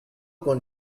con